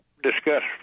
discuss